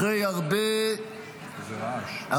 אחרי הרבה שנים,